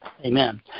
Amen